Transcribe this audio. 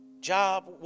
job